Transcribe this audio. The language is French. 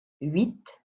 huit